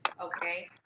okay